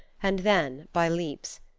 and then by leaps.